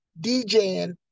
DJing